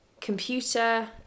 computer